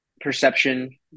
perception